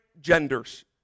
genders